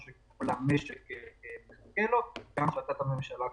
הדברים לוקחים קצת זמן.